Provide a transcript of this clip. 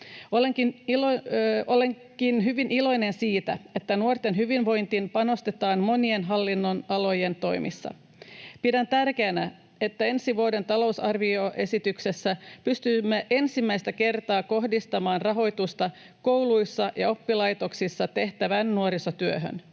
Olenkin hyvin iloinen siitä, että nuorten hyvinvointiin panostetaan monien hallinnonalojen toimissa. Pidän tärkeänä, että ensi vuoden talousarvioesityksessä pystymme ensimmäistä kertaa kohdistamaan rahoitusta kouluissa ja oppilaitoksissa tehtävään nuorisotyöhön.